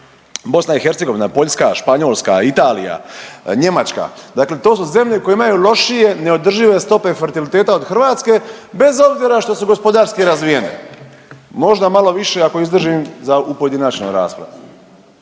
Grčka, BiH, Poljska, Španjolska, Italija, Njemačka. Dakle, to su zemlje koje imaju lošije neodržive stope fertiliteta od Hrvatske bez obzira što su gospodarski razvijene. Možda malo više ako izdržim za u pojedinačnoj raspravi.